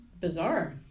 bizarre